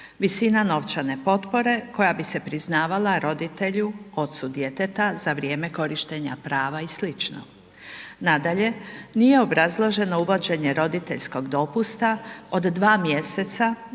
visina novčane potpore koja bi se priznavala roditelju ocu djeteta za vrijeme korištenja prava i sl. Nadalje, nije obrazloženo uvođenje roditeljskog dopusta od 2 mj.